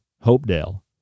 Hopedale